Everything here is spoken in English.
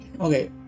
okay